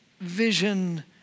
vision